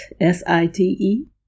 s-i-t-e